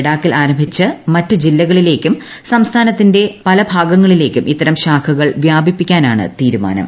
ലഡാക്കിൽ ആരംഭിച്ച് മറ്റു ജില്ലകളിലേയ്ക്കും സംസ്ഥാനത്തിന്റെ പല ഭാഗങ്ങളിലേക്കും ഇത്തരം ശാഖകൾ വ്യാപിപ്പിക്കാനാണു തീരുമാനം